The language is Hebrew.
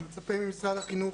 אני מצפה ממשרד החינוך,